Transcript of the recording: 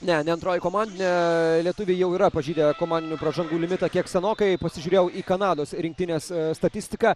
ne ne antroji komandinė lietuviai jau yra pažeidę komandinių pražangų limitą kiek senokai pasižiūrėjau į kanados rinktinės statistiką